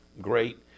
great